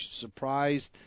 surprised